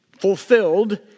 fulfilled